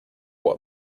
what